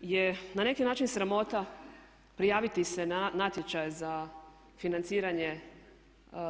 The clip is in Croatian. je na neki način sramota prijaviti se na natječaje za financiranje